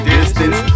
distance